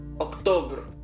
October